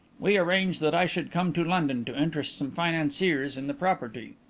we arranged that i should come to london to interest some financiers in the property.